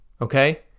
okay